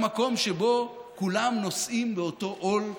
למקום שבו כולם נושאים באותו עול ביחד.